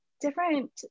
different